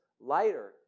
lighter